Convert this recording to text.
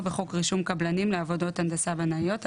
בחוק רישום קבלנים לעבודות הנדסה בנאיות,